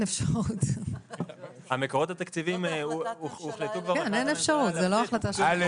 אין כפל מבצעים והוא מקבל רק